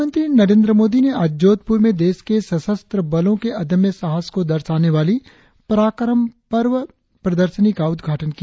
प्रधानमंत्री नरेंद्र मोदी ने आज जोधपुर में देश के सशस्त्र बलों के अदम्य साहस को दर्शाने वाली पराक्रम पर्व प्रदर्शनी का उद्घाटन किया